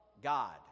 God